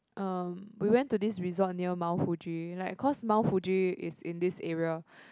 uh we went to this resort near Mount Fuji like cause Mount Fuji is in this area